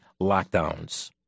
lockdowns